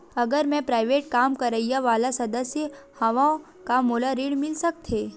अगर मैं प्राइवेट काम करइया वाला सदस्य हावव का मोला ऋण मिल सकथे?